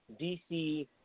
dc